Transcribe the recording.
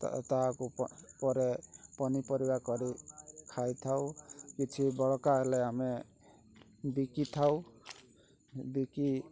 ତାହାକୁ ପ ପରେ ପନିପରିବା କରି ଖାଇଥାଉ କିଛି ବଳକା ହେଲେ ଆମେ ବିକିଥାଉ ବିକି